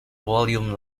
volume